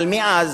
אבל מאז,